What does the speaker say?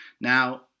Now